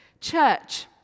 Church